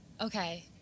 Okay